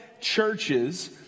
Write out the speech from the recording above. churches